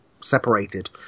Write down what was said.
separated